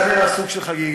זה היה נראה סוג של חגיגה,